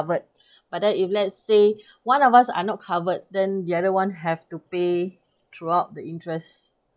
covered but then if let's say one of us are not covered then the other one have to pay throughout the interest